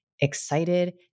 excited